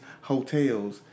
hotels